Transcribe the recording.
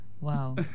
Wow